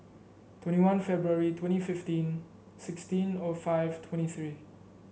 twenty one February twenty fifteen sixteen O five twenty three